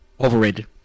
Overrated